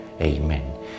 Amen